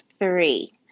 three